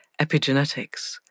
epigenetics